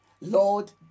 Lord